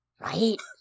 Right